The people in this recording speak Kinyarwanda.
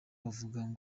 bavuga